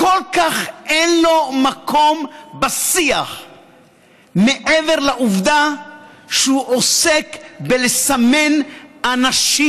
כל כך אין לו מקום בשיח מעבר לעובדה שהוא עוסק בלסמן אנשים,